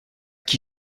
qui